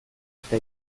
eta